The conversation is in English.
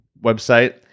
website